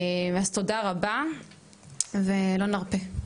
אז תודה רבה ולא נרפה.